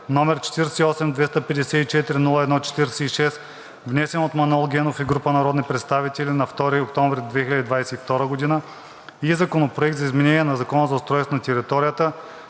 № 48-254-01-46, внесен от Манол Генов и група народни представители на 2 ноември 2022 г., и Законопроект за изменение на Закона за устройство на територията,